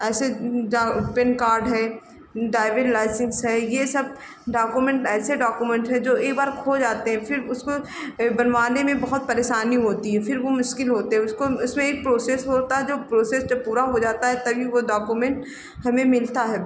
ऐसा जो PAN card है ड्राइविन्ग लाइसेन्स है यह सब डॉक्यूमेन्ट ऐसे डॉक्यूमेन्ट हैं जो एक बार खो जाते हैं फिर उसको बनवाने में बहुत परेशानी होती है फिर वह मुश्किल होते उसको उसमें एक प्रोसेस होता है जो प्रोसेस जब पूरा हो जाता है तभी वह डॉक्यूमेन्ट हमें मिलता है